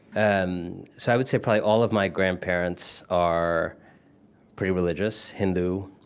um so i would say probably all of my grandparents are pretty religious, hindu.